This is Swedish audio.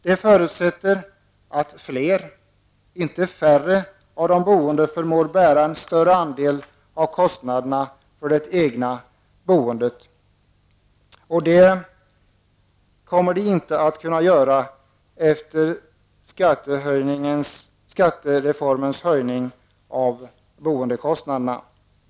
Det förutsätter att fler -- inte färre -- av de boende förmår bära en större andel av kostnaderna för det egna boendet. Det kommer de inte att kunna göra efter skattereformens höjning av boendekostnaderna.